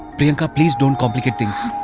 priyanka, please don't complicate things.